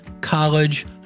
college